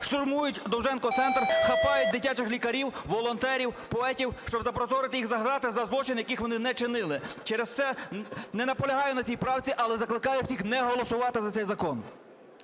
штурмують Довженко-центр, хапають дитячих лікарів, волонтерів, поетів, щоб запроторити їх за грати за злочини, яких вони не чинили. Через це не наполягаю на цій правці, але закликаю всіх не голосувати за цей закон.